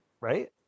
right